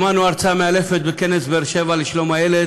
שמענו הרצאה מאלפת בכנס באר שבע לשלום הילד